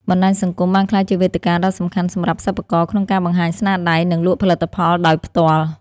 បណ្ដាញសង្គម បានក្លាយជាវេទិកាដ៏សំខាន់សម្រាប់សិប្បករក្នុងការបង្ហាញស្នាដៃ និងលក់ផលិតផលដោយផ្ទាល់។